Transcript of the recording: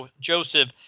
Joseph